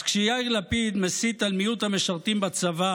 אז כשיאיר לפיד מסית על מיעוט המשרתים בצבא